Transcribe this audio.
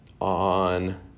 on